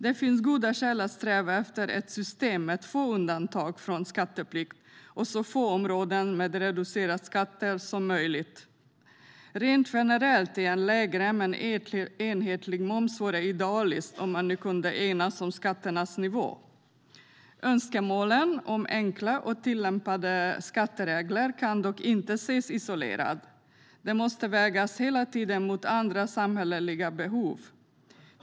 Det finns goda skäl att sträva efter ett system med få undantag från skatteplikt och så få områden med reducerade skattesatser som möjligt. Rent generellt vore en lägre men enhetlig moms idealisk, om man nu kunde enas om skattens nivå. Önskemålen om enkla och lättillämpade skatteregler kan dock inte ses isolerade. De måste hela tiden vägas mot andra samhälleliga behov.